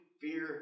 fear